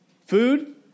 Food